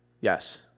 Yes